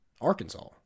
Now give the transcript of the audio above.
Arkansas